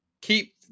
keep